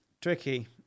tricky